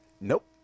Nope